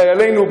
לחיילינו,